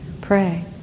pray